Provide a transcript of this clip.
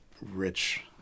rich